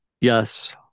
Yes